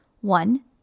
one